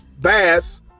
Bass